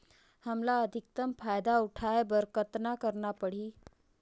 हमला अधिकतम फायदा उठाय बर कतना करना परही?